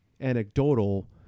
anecdotal